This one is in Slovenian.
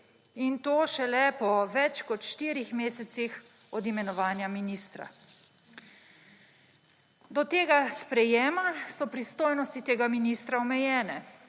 In to šele po več kot 4-ih mesecih od imenovanja ministra. Do tega sprejema so pristojnosti tega ministra omejene.